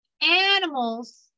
animals